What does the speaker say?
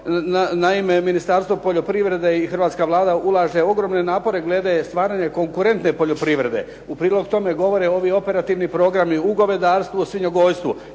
Naime, Ministarstvo poljoprivrede i hrvatska Vlada ulažu ogromne napore glede stvaranja konkurentne poljoprivrede. U prilog tome govore ovi operativni programi u govedarstvu, svinjogojstvu.